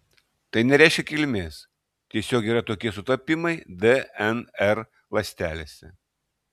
tai nereiškia kilmės tiesiog yra tokie sutapimai dnr ląstelėse